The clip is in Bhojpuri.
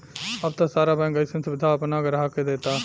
अब त सारा बैंक अइसन सुबिधा आपना ग्राहक के देता